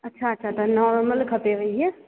अच्छा अच्छा त नॉरमल खपेव इहा